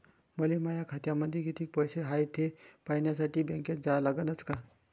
मले माया खात्यामंदी कितीक पैसा हाय थे पायन्यासाठी बँकेत जा लागनच का?